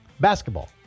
basketball